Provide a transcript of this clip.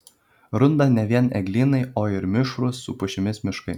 runda ne vien eglynai o ir mišrūs su pušimis miškai